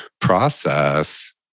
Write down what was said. process